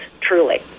truly